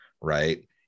Right